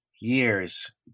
years